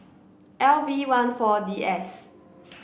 L V one four D S